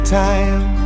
time